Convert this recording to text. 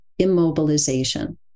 immobilization